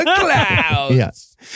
Yes